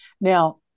Now